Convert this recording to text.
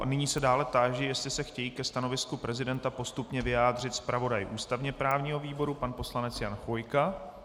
A nyní se dále táži, jestli se chtějí ke stanovisku rezidenta postupně vyjádřit zpravodaj ústavněprávního výboru pan poslanec Jan Chvojka.